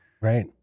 right